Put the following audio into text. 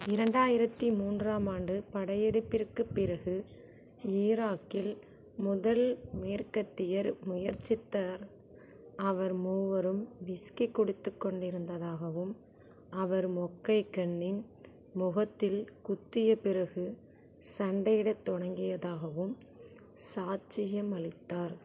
இரண்டாயிரத்து மூன்றாம் ஆண்டு படையெடுப்பிற்குப் பிறகு ஈராக்கில் முதல் மேற்கத்தியர் முயற்சித்த அவர் மூவரும் விஸ்கி குடித்துக்கொண்டிருந்ததாகவும் அவர் மொக்கைகண்ணின் முகத்தில் குத்திய பிறகு சண்டையிடத் தொடங்கியதாகவும் சாட்சியமளித்தார்